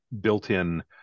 built-in